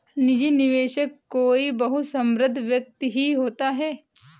निजी निवेशक कोई बहुत समृद्ध व्यक्ति ही होता है